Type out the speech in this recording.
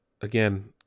again